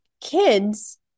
kids